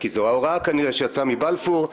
כי זו כנראה ההוראה שיצאה מבלפור.